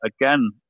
again